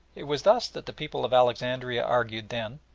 it was thus that the people of alexandria argued then,